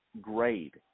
grade